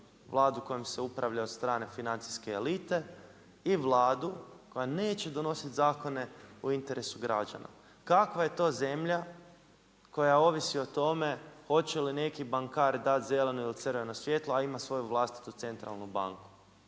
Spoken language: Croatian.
Vladu kojom se upravlja od strane financijske elite i Vladu koja neće donosit zakone u interesu građana. Kakva je to zemlja koja ovisi o tome hoće li neki bankar dati zeleno ili crveno svijetlo, a ima svoju vlastitu centralnu banku.